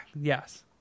yes